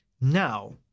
now